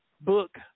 book